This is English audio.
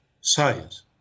science